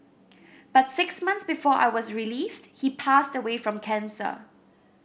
but six months before I was released he passed away from cancer